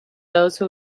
those